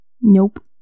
Nope